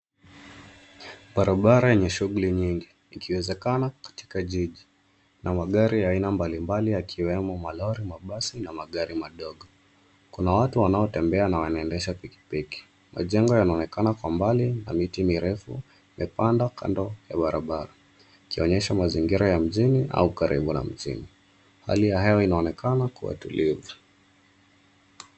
Barabara yenye shughuli nyingi ikiwezekana katika jiji na magari ya aina mbalimbali yakiwemo malori, mabasi na magari madogo. Kuna watu wanaotembea na wanaoendesha pikipiki. Majengo yanaonekana Kwa mbali na miti mirefu imepandwa kando ya barabara, ikionyesha mazingira ya mjini au karibu na mjini. Hali ya hewa inaonekana kuwa tulivu.